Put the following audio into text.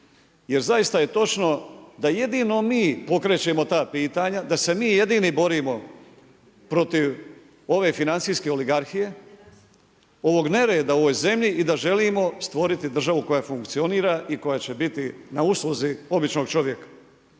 Jer zaista je točno da jedino mi pokrećemo ta pitanja, da se mi jedini borimo protiv ove financijske oligarhije, ovoga nereda u ovoj zemlji i da želimo stvoriti državu koja funkcionira i koja će biti na usluzi običnog čovjeka.